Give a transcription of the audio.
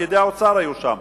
רק פקידי האוצר היו שם,